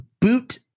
boot